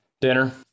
Dinner